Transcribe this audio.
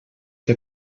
que